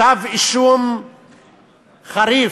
כתב אישום חריף